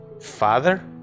Father